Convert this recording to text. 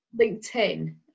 LinkedIn